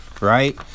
right